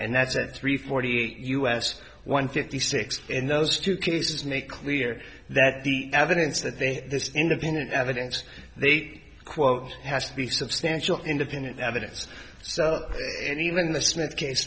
and that's at three forty eight u s one fifty six in those two cases make clear that the evidence that they have this independent evidence they quote has to be substantial independent evidence so even the smith case